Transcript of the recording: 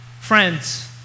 Friends